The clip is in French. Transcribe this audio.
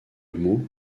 meaux